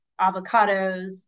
avocados